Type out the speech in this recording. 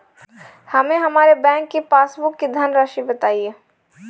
हमें हमारे बैंक की पासबुक की धन राशि बताइए